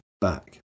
back